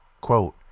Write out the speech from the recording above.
Quote